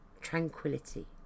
tranquility